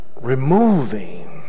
removing